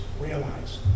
realize